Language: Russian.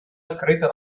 открыто